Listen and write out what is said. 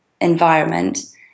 environment